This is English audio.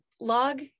log